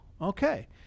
okay